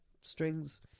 Strings